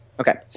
Okay